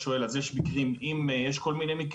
אם החברה סוגרת שעריה ויוצאת מהארץ,